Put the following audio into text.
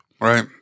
Right